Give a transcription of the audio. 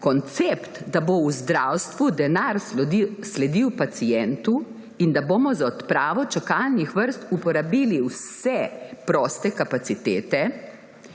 koncept, da bo v zdravstvu denar sledil pacientu in da bomo za odpravo čakalnih vrst uporabili vse proste kapacitete,